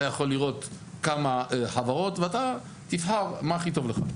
אתה יכול לראות כמה חברות ואתה תבחר מה הכי טוב לך.